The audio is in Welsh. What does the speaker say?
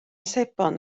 sebon